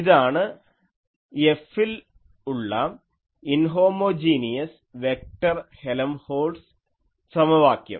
ഇതാണ് F ൽ ഉള്ള ഇൻഹോമോജീനിയസ് വെക്ടർ ഹെലംഹോൾട്ട്സ് സമവാക്യം